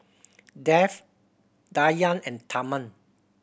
Dev Dhyan and Tharman